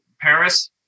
Paris